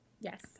yes